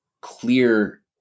clear